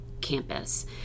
campus